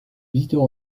visiteurs